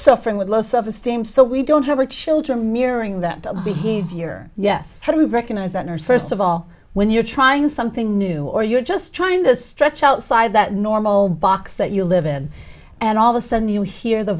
suffering with low self esteem so we don't have our children mirroring that behavior yes how do you recognize that nurse first of all when you're trying something new or you're just trying to stretch outside that normal box that you live in and all of a sudden you hear the